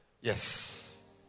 Yes